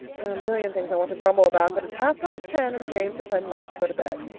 there are a million things i want to grumble about, but it's half-past ten, and jane says i must go to bed.